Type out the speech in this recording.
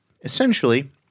Essentially